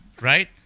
right